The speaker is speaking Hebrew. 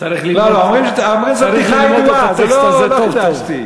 צריך ללמוד את הטקסט הזה טוב טוב.